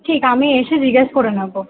ঠিক আমি এসে জিজ্ঞেস করে নেব